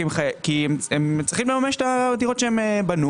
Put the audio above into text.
כי הם צריכים לממש את הדירות שהם בנו